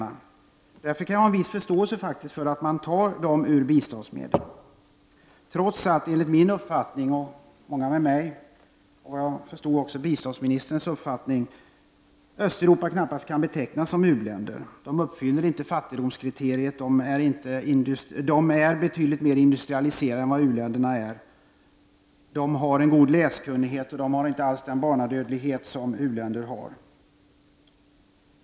Jag kan därför ha en viss förståelse för att man tar dem ur biståndsmedlen, trots att länderna i Östeuropa enligt min uppfattning knappast kan betecknas som u-länder. Många med mig har den uppfattningen och vad jag förstår delar också biståndsministern den uppfattningen. Länderna i Östeuropa uppfyller inte fattigdomskriteriet, de är betydligt mera industrialiserade än u-länderna, befolkningen har en god läskunnighet, och man har inte alls den barnadödlighet som förekommer i u-länderna.